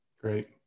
Great